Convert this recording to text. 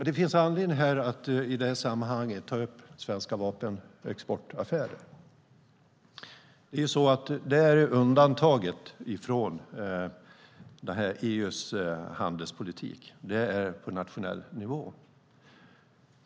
Det finns anledning att i detta sammanhang ta upp svenska vapenexportaffärer. Vapenexporten är undantagen från EU:s handelspolitik och hanteras på nationell nivå.